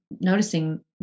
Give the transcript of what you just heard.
noticing